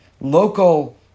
Local